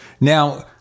Now